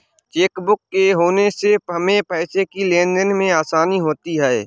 chequebook के होने से हमें पैसों की लेनदेन में आसानी होती हैँ